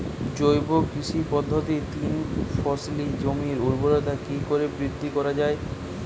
জৈব কৃষি পদ্ধতিতে তিন ফসলী জমির ঊর্বরতা কি করে বৃদ্ধি করা য়ায়?